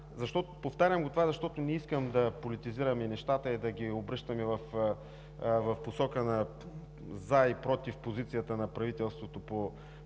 повтарям това, защото не искам да политизираме нещата и да ги обръщаме в посока на „за“ и „против“ позицията на правителството по